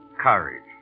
courage